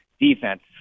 defense